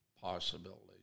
possibilities